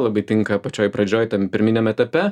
labai tinka pačioj pradžioj ten pirminiam etape